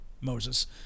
Moses